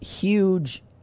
huge